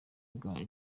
bwa